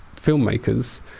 filmmakers